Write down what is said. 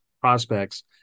prospects